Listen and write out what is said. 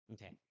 Okay